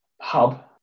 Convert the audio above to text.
hub